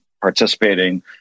participating